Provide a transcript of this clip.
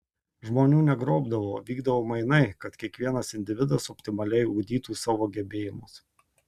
žmonių negrobdavo vykdavo mainai kad kiekvienas individas optimaliai ugdytų savo gebėjimus